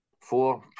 four